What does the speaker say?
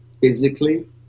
physically